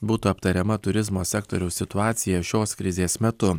būtų aptariama turizmo sektoriaus situacija šios krizės metu